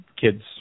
kids